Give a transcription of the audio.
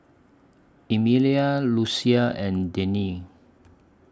Emilia Lucia and Denine